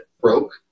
broke